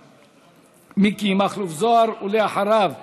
מיקי מכלוף זוהר, ואחריו זנדברג,